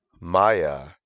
Maya